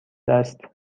است